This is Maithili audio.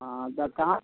हँ तऽ कहाँ